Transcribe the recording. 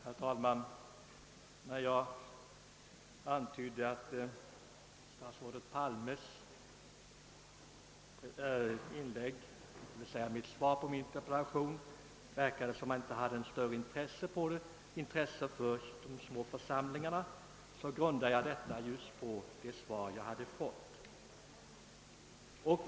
Herr talman! Min antydan om att statsrådet Palme inte tycktes ha något större intresse för de små församlingarna grundade jag just på det svar han lämnade på min interpellation.